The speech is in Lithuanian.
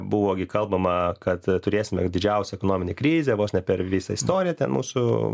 buvo gi kalbama kad turėsime didžiausią ekonominę krizę vos ne per visą istoriją ten mūsų